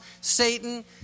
Satan